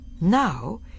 Now